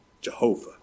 Jehovah